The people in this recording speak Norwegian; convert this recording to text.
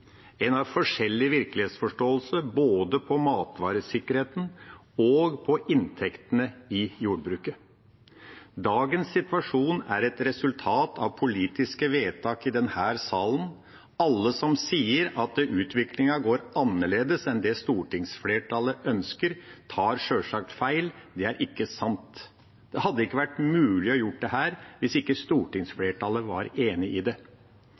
En har forskjellig virkelighetsforståelse både når det gjelder matvaresikkerheten, og når det gjelder inntektene i jordbruket. Dagens situasjon er et resultat av politiske vedtak i denne salen. Alle som sier at utviklingen går annerledes enn det stortingsflertallet ønsker, tar sjølsagt feil. Det er ikke sant. Det hadde ikke vært mulig å gjøre dette hvis ikke stortingsflertallet var enig i det.